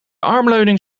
armleuning